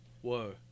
Whoa